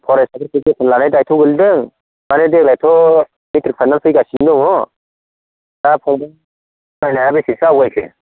फरायसाफोरखौ जोथोन लानाय दायथ' गोलैदों आरो देग्लायथ' मेट्रिक फाइनाल फैगासिनो दङ दा फंबाय फरायनाया बेसेसो आवगायखो